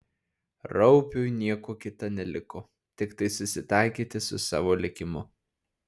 raupiui nieko kita neliko tiktai susitaikyti su savo likimu